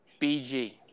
BG